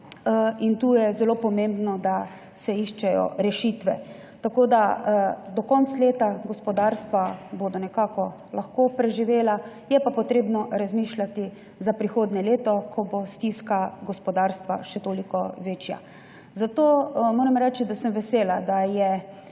Tu je zelo pomembno, da se iščejo rešitve. Tako da do konca leta bodo gospodarstva nekako lahko preživela. Je pa treba razmišljati za prihodnje leto, ko bo stiska gospodarstva še toliko večja. Zato moram reči, da sem vesela, da je